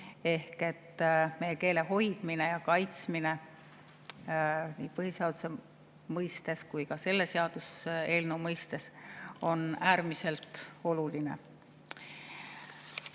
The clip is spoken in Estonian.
Ehk meie keele hoidmine ja kaitsmine on nii põhiseaduse mõistes kui ka selle seaduseelnõu mõistes äärmiselt oluline.